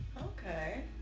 Okay